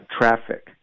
traffic